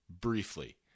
briefly